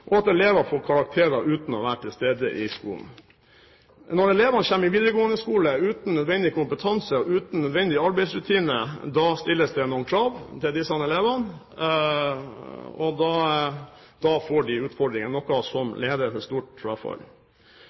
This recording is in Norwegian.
og at elever får karakterer uten å være til stede på skolen. Når elevene kommer i videregående skole uten nødvendig kompetanse og uten nødvendige arbeidsrutiner, stilles det noen krav til disse elevene, og da får de utfordringer, noe som leder til stort frafall.